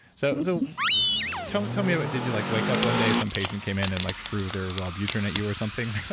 so so tell tell me did you like wake up one day, some patient came in and like threw their wellbutrin at you or something?